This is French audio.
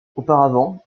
auparavant